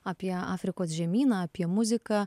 apie afrikos žemyną apie muziką